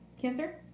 Cancer